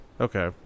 okay